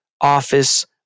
Office